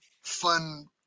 fun